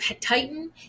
Titan